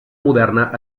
moderna